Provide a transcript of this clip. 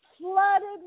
flooded